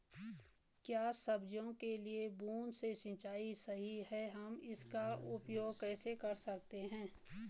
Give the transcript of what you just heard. क्या सब्जियों के लिए बूँद से सिंचाई सही है हम इसका उपयोग कैसे कर सकते हैं?